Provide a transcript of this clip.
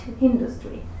Industry